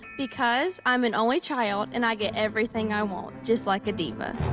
because i'm an only child, and i get everything i want, just like a diva.